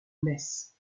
metz